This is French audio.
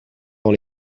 dans